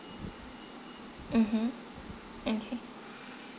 mmhmm okay